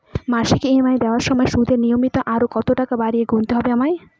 মাসিক ই.এম.আই দেওয়ার সময়ে সুদের নিমিত্ত আরো কতটাকা বাড়তি গুণতে হবে আমায়?